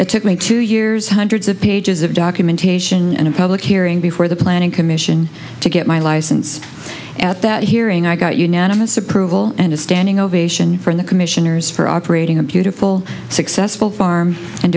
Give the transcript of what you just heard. it took me two years hundreds of pages of documentation and a public hearing before the planning commission to get my license at that hearing i got unanimous approval and a standing ovation from the commissioners for operating a beautiful successful farm and